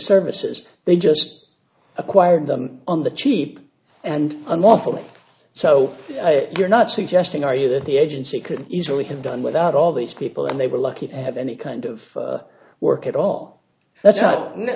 services they just acquired them on the cheap and unlawfully so you're not suggesting are you that the agency could easily have done without all these people and they were lucky to have any kind of work at all